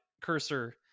Cursor